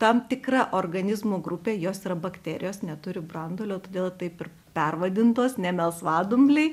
tam tikra organizmų grupė jos yra bakterijos neturi branduolio todėl taip ir pervadintos ne melsvadumbliai